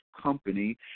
Company